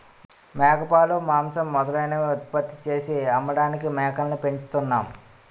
మేకపాలు, మాంసం మొదలైనవి ఉత్పత్తి చేసి అమ్మడానికి మేకల్ని పెంచుతున్నాం